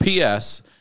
PS